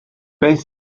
beth